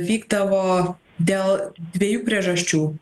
vykdavo dėl dviejų priežasčių